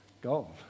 gold